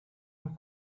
een